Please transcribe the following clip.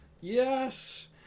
Yes